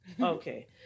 Okay